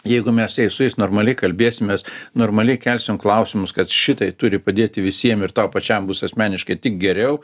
jeigu mes su jais su jais normaliai kalbėsimės normaliai kelsim klausimus kad šitai turi padėti visiem ir tau pačiam bus asmeniškai tik geriau